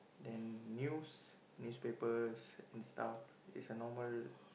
then news newspapers and stuff is a normal